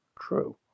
true